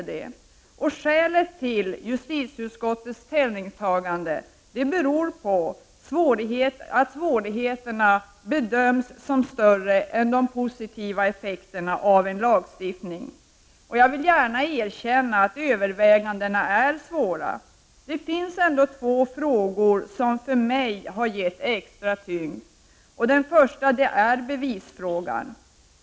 Skälet till majorite tens i justitieutskottet ställningstagande beror på att svårigheterna bedöms som större än de positiva effekterna av en lagstiftning. Jag erkänner gärna att övervägandena är svåra. Det finns ändå två frågor som jag vill ge extra tyngd. Den första är bevisfrågan.